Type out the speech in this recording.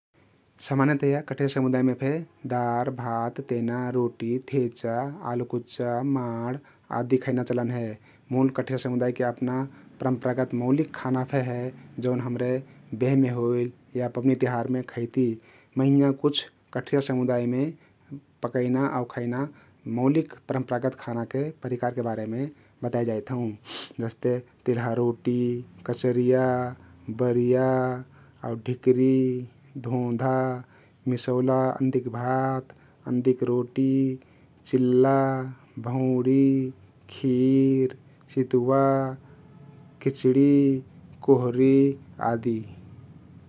समान्यतया कठरिया समुदायमे फे दार, भात, तेना, रोटी, थेचा, आलु कुच्चा, माड आदी खैना चलन हे । मुल कठरिया समुदायके अपना परम्परागत मौलिक खाना फे हे जउन हमरे वेहमे होइल या पबुनी तिउहारमे खैति । मै हिंया कुछ कठरिया समुदायमे पकैना आउ खैना मौलिक परम्परागत खानाके परिकारके बारेमे बताइ जाइत हँउ जस्ते तिल्हा रोटी, कचरिया, बरिया आउ ढिकरी, धौंधा, मिसौला अन्दिक भात, अन्दिक रोटी, चिल्ला, भौंडी, खिर, सितुवा, खिच्डी, कोहरी आदी ।